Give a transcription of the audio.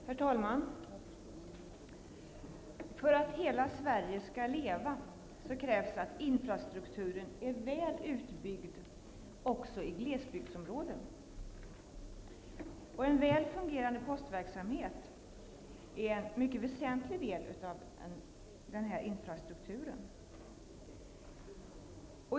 Herr talman! För att hela Sverige skall leva krävs att infrastrukturen är väl utbyggd också i glesbygdsområden. En väl fungerande postverksamhet är en mycket väsentlig del av denna infrastruktur.